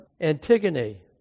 Antigone